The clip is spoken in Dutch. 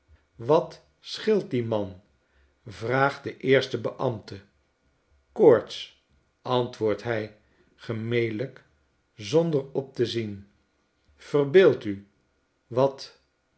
wat scheelt dien man vraagt de eerste beambte koorts b antwoort hij ge melyk zonder op te zien verbeeld u wat